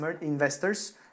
investors